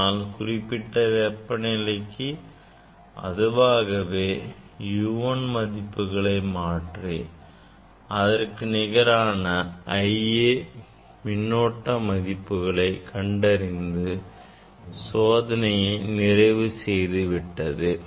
ஆனால் குறிப்பிட்ட வெப்பநிலைக்கு அதுவாகவே U1 மதிப்புகளை மாற்றி அதற்கு நிகரான மின்னோட்ட IA மதிப்புகளை கண்டறிந்து சோதனையை நிறைவு செய்துவிட்டது